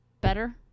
better